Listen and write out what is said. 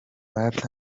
barebe